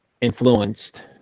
influenced